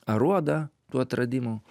aruodą tų atradimų